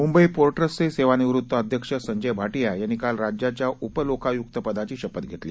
Mumbai port ट्रस्टचे सेवानिवृत्त अध्यक्ष संजय भाटीया यांनी काल राज्याच्या उपलोकायुक्त पदाची शपथ घेतली